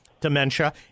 dementia